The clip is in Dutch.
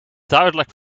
duidelijk